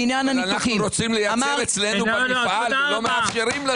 אנחנו רוצים לייצר אצלנו במפעל, ולא מאפשרים לנו.